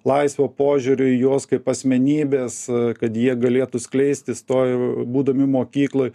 laisvo požiūrio į juos kaip asmenybes kad jie galėtų skleisti stoju būdami mokykloj